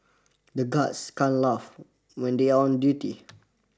the guards can't laugh when they are on duty